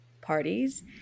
parties